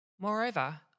Moreover